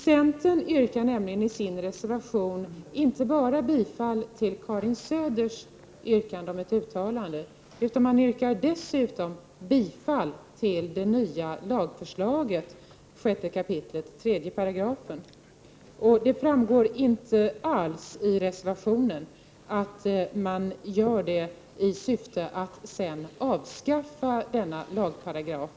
Centern hemställer nämligen i sin reservation om bifall inte bara till Karin Söders yrkande utan också till det nya lagförslaget beträffande 6 kap. 3 §. Det framgår inte alls av reservationen att man gör det i syfte att sedan avskaffa denna lagparagraf.